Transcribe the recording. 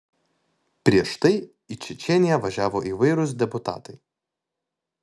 prieš tai į čečėniją važiavo įvairūs deputatai